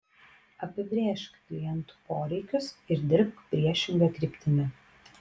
apibrėžk klientų poreikius ir dirbk priešinga kryptimi